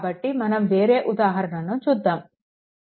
కాబట్టి మనం వేరే ఉదాహరణను చూద్దాము ఇది 3